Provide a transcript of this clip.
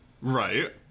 Right